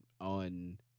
On